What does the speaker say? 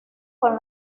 con